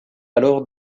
alors